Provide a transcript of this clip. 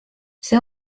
see